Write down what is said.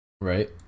Right